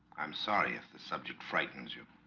i'm sorry if the subject frightens you